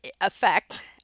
effect